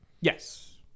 Yes